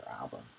album